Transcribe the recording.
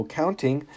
counting